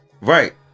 Right